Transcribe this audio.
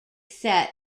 set